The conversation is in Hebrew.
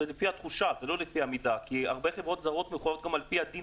זה לפי התחושה ולא לפי המידה כי הרבה חברות זרות מוכרחות גם על-פי הדין